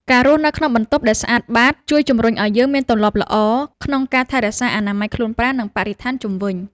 ការរស់នៅក្នុងបន្ទប់ដែលស្អាតបាត ជួយជម្រុញឱ្យយើងមានទម្លាប់ល្អក្នុងការថែរក្សាអនាម័យខ្លួនប្រាណ និងបរិស្ថានជុំវិញ។